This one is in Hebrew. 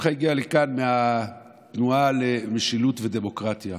שמחה הגיע לכאן מהתנועה למשילות ולדמוקרטיה.